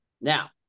now